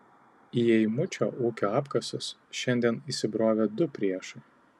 į eimučio ūkio apkasus šiandien įsibrovė du priešai